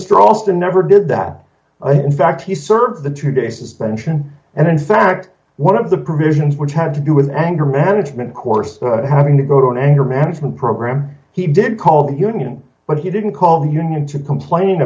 olson never did that and in fact he served the two days suspension and in fact one of the provisions which had to do with anger management course having to go to anger management program he did call the union but he didn't call the union to complain